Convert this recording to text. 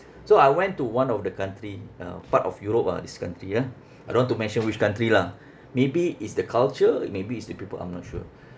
so I went to one of the country uh part of europe ah this country ah I don't want to mention which country lah maybe it's the culture maybe it's the people I'm not sure